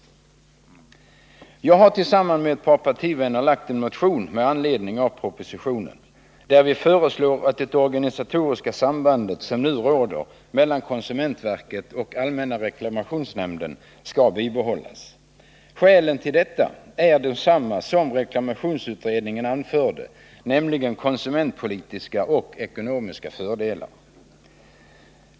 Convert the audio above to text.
Jag har tillsammans med ett par partivänner väckt en motion med anledning av propositionen där vi föreslår att det organisatoriska samband som nu råder mellan konsumentverket och allmänna reklamationsnämnden skall bibehållas. Skälen till detta är desamma som reklamationsutredningen anförde, nämligen konsumentpolitiska och ekonomiska fördelar.